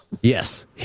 Yes